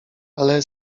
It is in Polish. ale